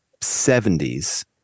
70s